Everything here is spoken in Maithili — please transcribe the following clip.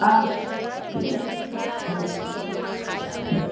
आब की हेतैक अबैत छथिन तऽ